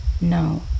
no